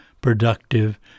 productive